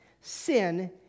sin